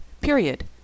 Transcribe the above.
period